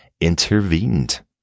intervened